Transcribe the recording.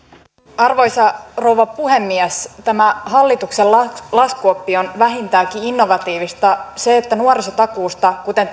arvoisa rouva puhemies tämä hallituksen laskuoppi on vähintäänkin innovatiivista se että nuorisotakuusta kuten